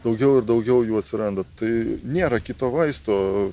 daugiau ir daugiau jų atsiranda tai nėra kito vaisto